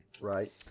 right